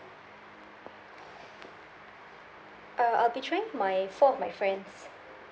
uh I'll be travelling with my four of my friends